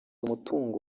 umutungo